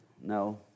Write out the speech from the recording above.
no